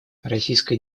российская